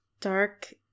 dark